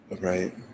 right